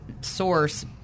source